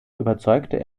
überzeugte